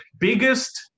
biggest